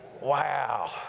wow